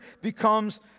becomes